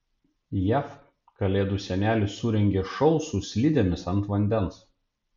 jav kalėdų senelis surengė šou su slidėmis ant vandens